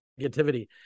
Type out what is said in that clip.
negativity